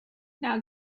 now